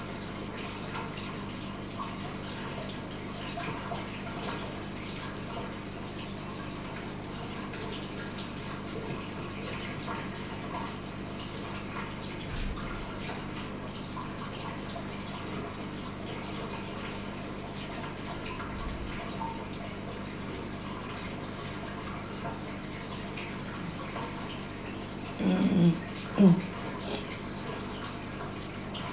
mm